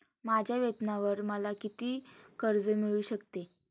माझ्या वेतनावर मला किती कर्ज मिळू शकते?